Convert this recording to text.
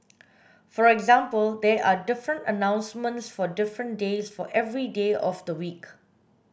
for example there are different announcements for different days for every day of the week